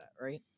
right